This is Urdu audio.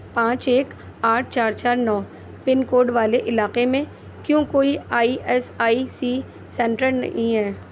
پانچ ایک آٹھ چار چار نو پن کوڈ والے علاقے میں کیوں کوئی I S I C centre نہیں ہے